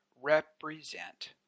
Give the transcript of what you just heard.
represent